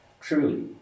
Truly